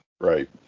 right